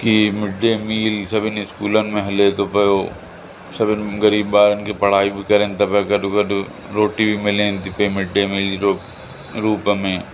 हीअं mid day meal सभिनि इस्कूलनि में हले थो पियो सभिनि ग़रीब ॿारनि खे पढ़ाई बि करनि था पिया गॾो गॾु रोटी बि मिलनि थी पियूं मिड डे मील जो रूप में